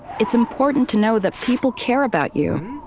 it's important to know that people care about you.